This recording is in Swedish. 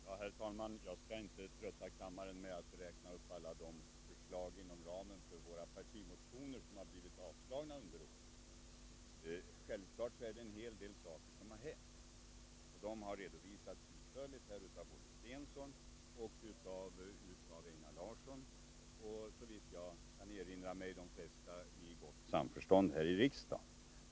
Herr talman! Jag skall inte trötta kammaren med att räkna upp alla de förslag inom ramen för våra partimotioner som har avslagits under åren. Självfallet är det en del saker som har hänt, och de har redovisats utförligt här av både Börje Stensson och Einar Larsson. Och såvitt jag kan erinra mig har det mesta skett i gott samförstånd här i kammaren.